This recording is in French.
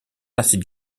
acides